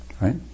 Right